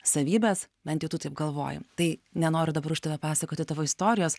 savybes bent jau tu taip galvoji tai nenoriu dabar už tave pasakoti tavo istorijos